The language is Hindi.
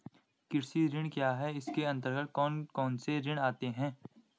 कृषि ऋण क्या है इसके अन्तर्गत कौन कौनसे ऋण आते हैं?